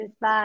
Bye